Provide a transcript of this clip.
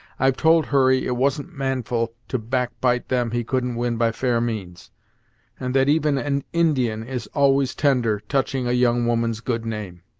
i've told hurry it wasn't manful to backbite them he couldn't win by fair means and that even an indian is always tender, touching a young woman's good name.